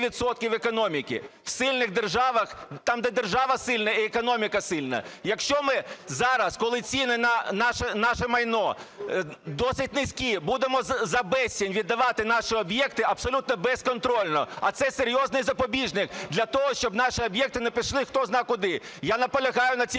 відсотків економіки. В сильних державах, там, де держава сильна, і економіка сильна. Якщо ми зараз, коли ціни на наше майно досить низькі, будемо за безцінь віддавати наші об'єкти абсолютно безконтрольно, а це серйозний запобіжник для того, щоб наші об'єкти не пішли хтозна-куди. Я наполягаю на цій